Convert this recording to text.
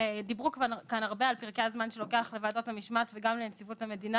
דיברו כאן הרבה על פרקי הזמן שלוקח לוועדות המשמעת וגם לנציבות המדינה,